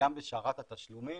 וגם בשרת התשלומים.